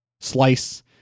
slice